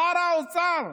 שר האוצר,